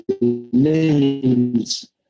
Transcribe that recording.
names